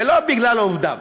ולא בגלל עובדיו.